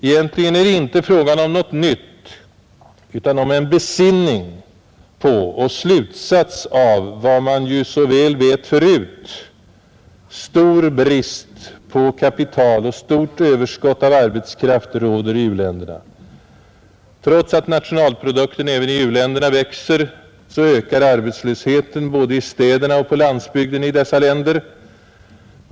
Egentligen är det inte fråga om något nytt utan om en besinning på och slutsats av vad man ju så väl vet förut: stor brist på kapital och stort överskott av arbetskraft råder i u-länderna. Trots att nationalprodukten även i u-länderna växer ökar arbetslösheten både i städerna och på landsbygden i dessa länder.